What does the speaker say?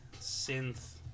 synth